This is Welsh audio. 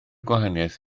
gwahaniaeth